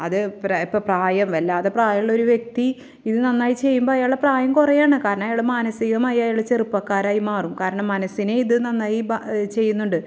അത് ഇപ്പം രാ ഇപ്പം പ്രായം വല്ലാതെ പ്രായമുള്ളൊരു വ്യക്തി ഇതു നന്നായി ചെയ്യുമ്പോൾ അയാളെ പ്രായം കുറയാണ് കാരണം അയാൾ മാനസ്സികമായി അയാൾ ചെറുപ്പക്കാരായി മാറും കാരണം മനസ്സിനെ ഇതു നന്നായി ബാ ചെയ്യുന്നുണ്ട്